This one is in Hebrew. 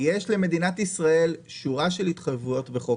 יש למדינת ישראל שורה של התחייבויות בחוק,